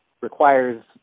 requires